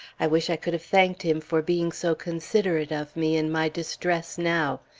i wish i could have thanked him for being so considerate of me in my distress now.